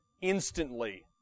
instantly